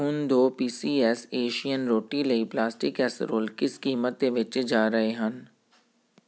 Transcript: ਹੁਣ ਦੋ P C S Asian ਰੋਟੀ ਲਈ ਪਲਾਸਟਿਕ ਕਸਰੋਲ ਕਿਸ ਕੀਮਤ 'ਤੇ ਵੇਚੇ ਜਾ ਰਹੇ ਹਨ